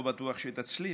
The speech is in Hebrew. לא בטוח שתצליחי,